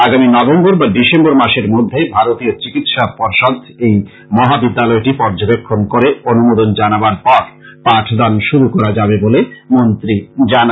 আগামী নভেম্বর বা ডিসেম্বর মাসের মধ্যে ভারতীয় চিকিৎসা পর্ষদ এই মহাবিদ্যালয়টি পর্যবেক্ষন করে অনুমোদন জানাবার পর পাঠদান শুরু করা যাবে বলে মন্ত্রী জানান